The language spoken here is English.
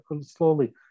slowly